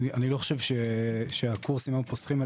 אני לא חושב שהקורסים היום פוסחים על